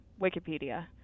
Wikipedia